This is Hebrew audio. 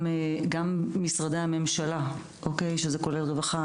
גם משרדי הממשלה שזה כולל רווחה,